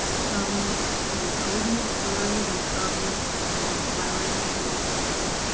some, you know, original stories and some elaboration on